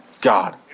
God